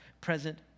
present